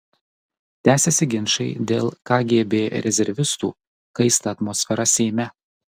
tęsiasi ginčai dėl kgb rezervistų kaista atmosfera seime